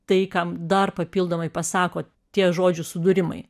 tai kam dar papildomai pasako tie žodžių sudūrimai